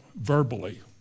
verbally